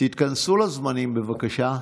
תתכנסו לזמנים, בבקשה.